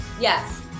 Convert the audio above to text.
Yes